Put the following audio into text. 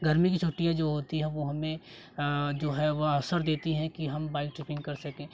गर्मी की छुट्टियाँ जो होती है वह हमें जो है वह अवसर देती है कि हम बाइक ट्रिपिंग कर सकें